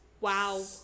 Wow